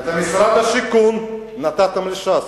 את משרד השיכון נתתם לש"ס.